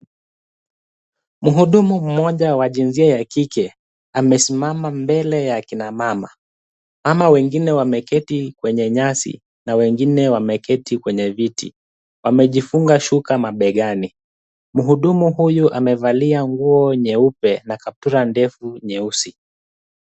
Mhudumu mmoja wa jinsia ya kike amesimama mbele ya akina mama. Mama wengine wameketi kwenye nyasi, na wengine wameketi kwenye viti, wamejifunga shuka mabegani. Mhudumu huyu amevalia nguo nyeupe na kaptula ndefu, nyeusi.